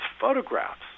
photographs